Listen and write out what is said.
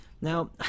Now